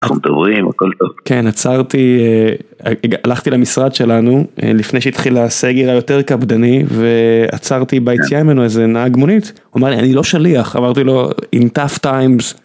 אנחנו מדברים הכל טוב. כן עצרתי הלכתי למשרד שלנו לפני שהתחילה הסגר היותר קפדני ועצרתי ביציאה ממנו איזה נהג מונית הוא אומר לי אני לא שליח אמרתי לו in tough times.